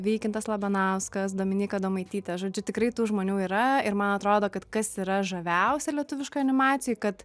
vykintas labanauskas dominyka adomaitytė žodžiu tikrai tų žmonių yra ir man atrodo kad kas yra žaviausia lietuviškoj animacijoj kad